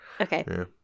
Okay